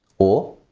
or